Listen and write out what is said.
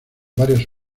varias